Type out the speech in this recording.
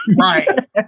right